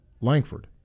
Langford